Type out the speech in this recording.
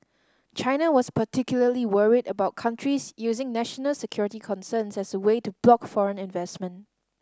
China was particularly worried about countries using national security concerns as a way to block foreign investment